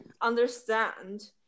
understand